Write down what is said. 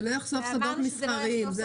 שלא יחשוף סודות מסחריים.